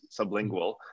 sublingual